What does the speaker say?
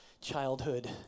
childhood